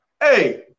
hey